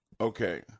Okay